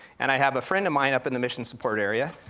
and i have a friend of mine up in the mission support area,